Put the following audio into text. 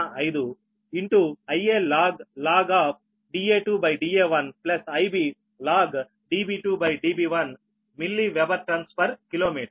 4605 Ialog Da2Da1 Ib logDb2Db1 milliweber turns per kilometre